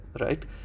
right